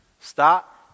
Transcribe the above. stop